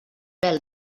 vel